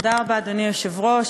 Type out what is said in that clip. תודה רבה, אדוני היושב-ראש.